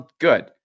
Good